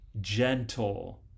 gentle